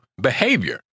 behavior